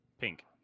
Pink